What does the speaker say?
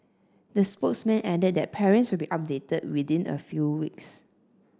the spokesman added that parents will be updated within a few weeks